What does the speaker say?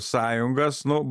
sąjungas nu